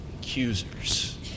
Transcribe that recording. accusers